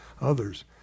others